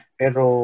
pero